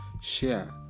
share